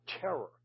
terror